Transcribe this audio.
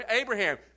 Abraham